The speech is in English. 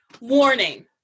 warning